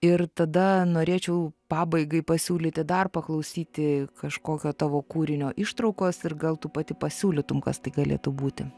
ir tada norėčiau pabaigai pasiūlyti dar paklausyti kažkokio tavo kūrinio ištraukos ir gal tu pati pasiūlytum kas tai galėtų būti